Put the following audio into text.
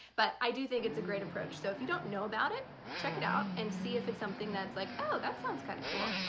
but i do think it's a great approach so if you don't know about it check it out and see if it's something that's like oh, that sounds kind of cool